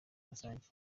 rusange